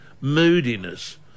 moodiness